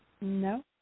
No